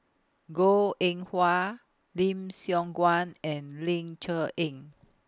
Goh Eng Wah Lim Siong Guan and Ling Cher Eng